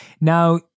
Now